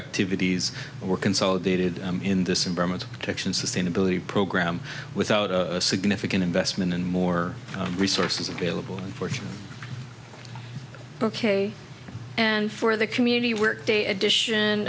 activities were consolidated in this environment protection sustainability program without significant investment and more resources available unfortunate ok and for the community work day edition